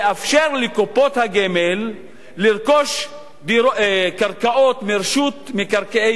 לאפשר לקופות הגמל לרכוש קרקעות מרשות מקרקעי